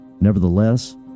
Nevertheless